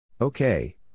Okay